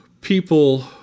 people